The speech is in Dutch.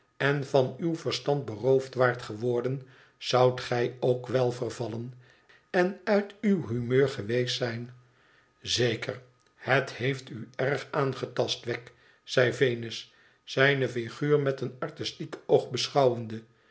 en van uw verstand beroofd waart geworden zoudt g ook wel vervallen en uit uw humeur geweest zijn t zeker het heeft u erg aangetast wegg zei venus zijne üguur met een artistiek oog beschouwende